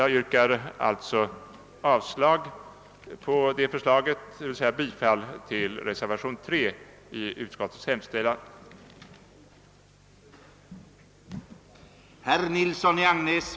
Jag yrkar alltså avslag på utskottets hemställan under punkten C, vilket innebär bifall till reservationen III.